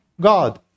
God